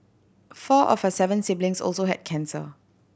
four of her seven siblings also had cancer